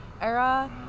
era